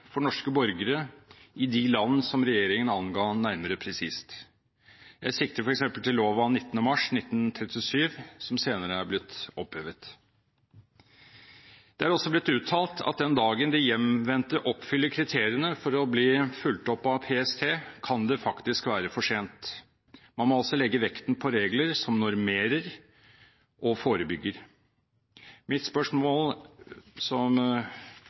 for norske borgere i de land som regjeringen anga nærmere presist. Jeg sikter f.eks. til lov av 19. mars 1937, som senere er blitt opphevet. Det er også blitt uttalt at den dagen de hjemvendte oppfyller kriteriene for å bli fulgt opp av PST, kan det faktisk være for sent. Man må altså legge vekten på regler som normerer og forebygger. Mitt spørsmål, som